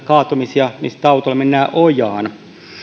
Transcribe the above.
kaatumisia mutta autoilla mennään ojaan